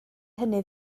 hynny